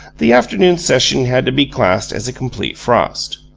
the afternoon's session had to be classed as a complete frost.